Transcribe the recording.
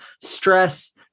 stress